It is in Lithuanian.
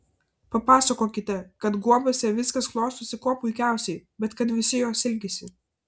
papasakokite kad guobose viskas klostosi kuo puikiausiai bet kad visi jos ilgisi